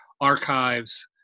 archives